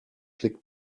click